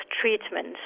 treatment